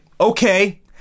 okay